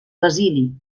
basili